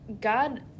God